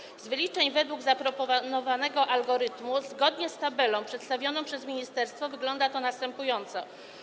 Na podstawie wyliczeń według zaproponowanego algorytmu, zgodnie z tabelą przedstawioną przez ministerstwo, wygląda to następująco.